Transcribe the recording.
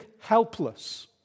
helpless